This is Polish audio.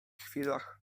chwilach